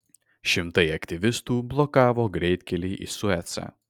šimtai aktyvistų blokavo greitkelį į suecą